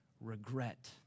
regret